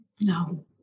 no